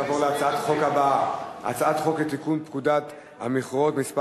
נעבור להצעת החוק הבאה: הצעת חוק לתיקון פקודת המכרות (מס'